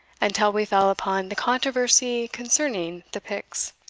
until we fell upon the controversy concerning the piks,